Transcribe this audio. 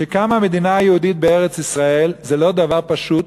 שקמה מדינה יהודית בארץ-ישראל זה לא דבר פשוט